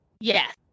Yes